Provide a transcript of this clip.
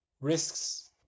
risks